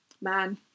Man